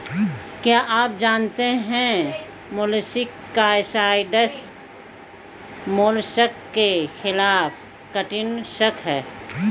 क्या आप जानते है मोलस्किसाइड्स मोलस्क के खिलाफ कीटनाशक हैं?